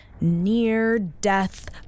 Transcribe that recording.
near-death